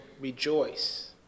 rejoice